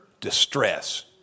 distress